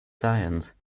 science